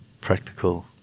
practical